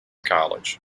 college